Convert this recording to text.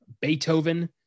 Beethoven